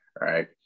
right